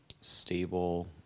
stable